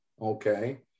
Okay